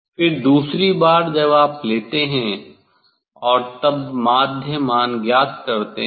फिर दूसरी बार जब आप लेते हैं और तब माध्य मान ज्ञात करते हैं